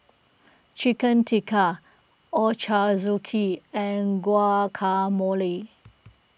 Chicken Tikka Ochazuke and Guacamole